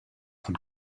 von